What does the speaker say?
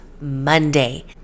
Monday